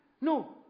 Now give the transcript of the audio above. No